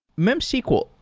memsql.